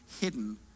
hidden